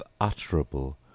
utterable